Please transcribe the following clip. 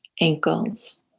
ankles